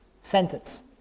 sentence